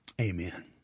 Amen